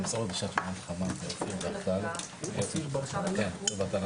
11:50.